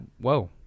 Whoa